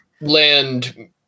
land